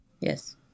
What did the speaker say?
yes